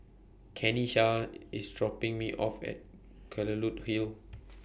Kenisha IS dropping Me off At Kelulut Hill